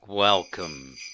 Welcome